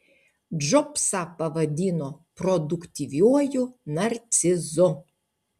džobsą pavadino produktyviuoju narcizu